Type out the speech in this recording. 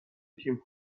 تیم